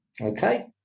Okay